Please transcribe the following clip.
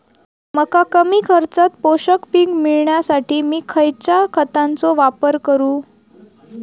मका कमी खर्चात पोषक पीक मिळण्यासाठी मी खैयच्या खतांचो वापर करू?